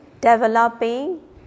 developing